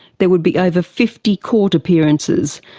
there would be over fifty court appearances,